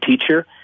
teacher